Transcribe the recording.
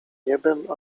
niebem